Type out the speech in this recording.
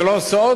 זה לא סוד